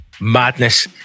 Madness